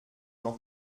jean